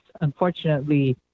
unfortunately